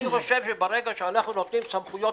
אני חושב שברגע שאנחנו נותנים סמכויות